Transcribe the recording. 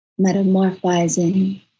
metamorphizing